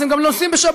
אז הם גם נוסעים בשבת.